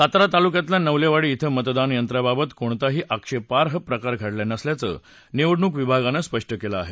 सातारा तालुक्यातल्या नवलेवाडी ओ मतदान यंत्राबाबत कोणताही आक्षेपार्ह प्रकार घडला नसल्याचं निवडणूक विभागानं स्पष्ट केलं आहे